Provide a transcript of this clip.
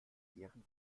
erklären